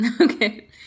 Okay